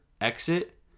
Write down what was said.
exit